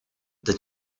the